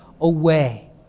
away